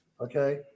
okay